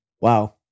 wow